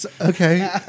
Okay